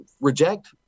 reject